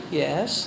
yes